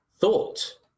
thought